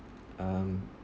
um